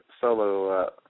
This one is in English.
solo